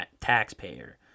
taxpayer